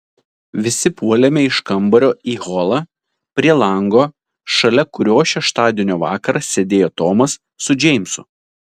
visi puolėme iš kambario į holą prie lango šalia kurio šeštadienio vakarą sėdėjo tomas su džeimsu